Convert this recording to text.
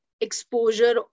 exposure